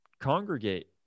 congregate